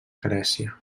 grècia